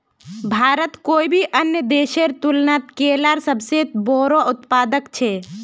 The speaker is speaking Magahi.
भारत कोई भी अन्य देशेर तुलनात केलार सबसे बोड़ो उत्पादक छे